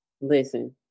Listen